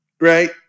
Right